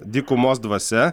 dykumos dvasia